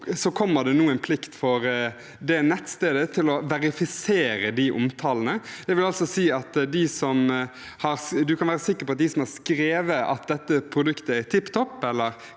kommer det nå en plikt for det nettstedet til å verifisere disse omtalene. Det vil altså si at man kan være sikker på at de som har skrevet at dette produktet er tipp topp,